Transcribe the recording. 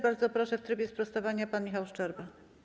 Bardzo proszę, w trybie sprostowania pan poseł Michał Szczerba.